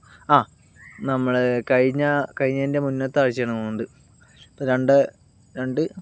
ആ നമ്മൾ കഴിഞ്ഞ കഴിഞ്ഞതിന്റെ മുന്നത്തെ ആഴ്ച്ചയാണെന്നു തോന്നുന്നുണ്ട് ഇപ്പം രണ്ട് രണ്ട്